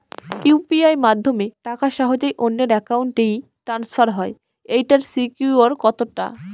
UPI মাধ্যমে টাকা সহজেই অন্যের অ্যাকাউন্ট ই ট্রান্সফার হয় এইটার সিকিউর কত টা?